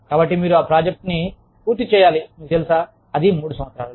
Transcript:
కాబట్టి మీరు ఆ ప్రాజెక్ట్ను పూర్తి చేయాలి మీకు తెలుసా అది మూడు సంవత్సరాలలో